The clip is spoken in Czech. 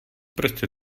prostě